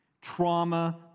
trauma